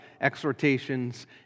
exhortations